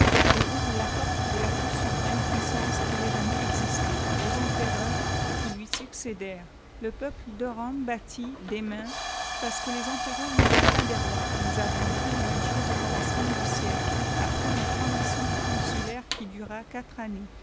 et ouvre la porte de la plus souveraine puissance qui aîtmaifexisté aux empereurs qui lui succédèrent le peuple de rome battit des mains parce que les empereurs n'étaient pas des ims noua avons vu la même chose au commencement du siècle après une transi tion consulaire qui dura quatre années